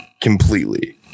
completely